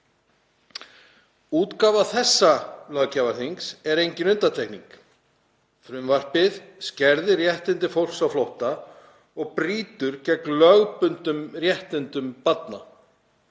Útgáfa þessa löggjafarþings er engin undantekning. Frumvarpið skerðir réttindi fólks á flótta og brýtur gegn lögbundnum réttindum barna.